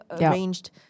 arranged